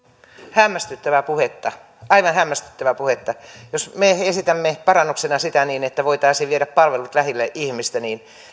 hämmästyttävää puhetta aivan hämmästyttävää puhetta jos me esitämme parannuksena sitä että voitaisiin viedä palvelut lähelle ihmistä niin